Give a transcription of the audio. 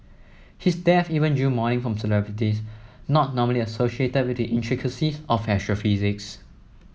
his death even drew mourning from celebrities not normally associated with the intricacies of astrophysics